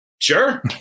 Sure